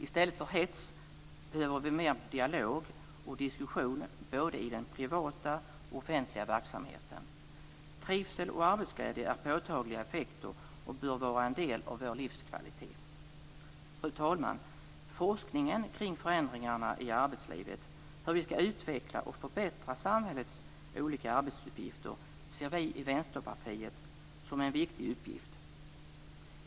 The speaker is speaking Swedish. I stället för hets behöver vi mer dialog och diskussion både i den privata och i den offentliga verksamheten. Trivsel och arbetsglädje är påtagliga effekter och bör vara en del av vår livskvalitet. Fru talman! Forskningen kring förändringarna i arbetslivet - hur vi skall utveckla och förbättra samhällets olika arbetsuppgifter - ser vi i Vänsterpartiet som en viktig uppgift.